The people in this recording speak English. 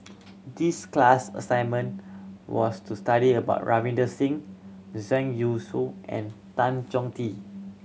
this class assignment was to study about Ravinder Singh Zhang Youshuo and Tan Chong Tee